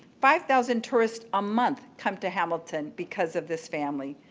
five thousand tourists a month come to hamilton because of this family.